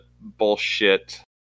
bullshit